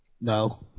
No